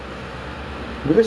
damn that's